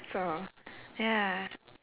so ya